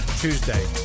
Tuesday